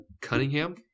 Cunningham